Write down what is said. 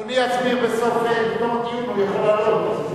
אדוני יסביר בתום הדיון, הוא יכול לעלות.